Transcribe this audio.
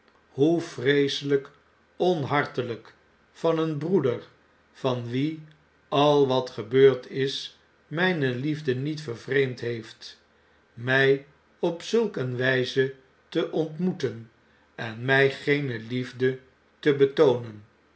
hoe vreesehjk onhartehjk van een broeder van wien al wat gebeurd is mjjne liefde niet vervreemd heeft mjj op zulke wijze te ontmoeten en mij geene liefde te betoonen